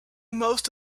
most